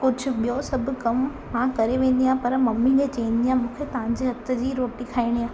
कुझु ॿियों सभु कमु मां करे वेंदी आहियां पर मम्मी खे चवंदी आहियां मूंखे तव्हांजे हथ जी रोटी खाइणी आहे